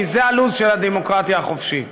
כי זה הלוז של הדמוקרטיה החופשית,